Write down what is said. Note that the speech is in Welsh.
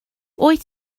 wyt